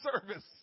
service